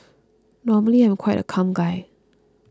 normally I'm quite a calm guy